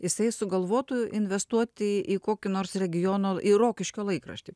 jisai sugalvotų investuoti į kokį nors regiono į rokiškio laikraštį